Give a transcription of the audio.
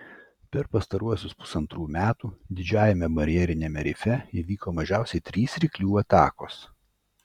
per pastaruosius pusantrų metų didžiajame barjeriniame rife įvyko mažiausiai trys ryklių atakos